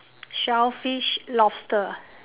shellfish lobster